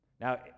Now